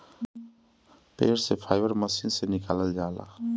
पेड़ से fibre machine से निकालल जाला